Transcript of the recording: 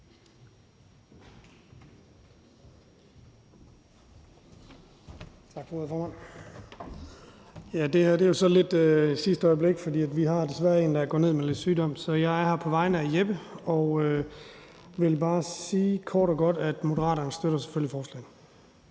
Tak for ordet, formand. Ja, det her er jo så lidt i sidste øjeblik, for vi har desværre et medlem, der er gået ned med sygdom. Så jeg er her på vegne af Jeppe Søe, og jeg vil bare sige kort og godt, at Moderaterne selvfølgelig støtter forslaget.